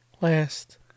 last